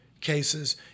cases